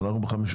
כך שאנחנו ב-580.